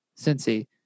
Cincy